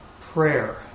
prayer